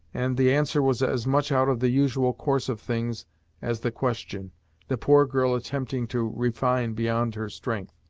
and the answer was as much out of the usual course of things as the question the poor girl attempting to refine beyond her strength.